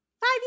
five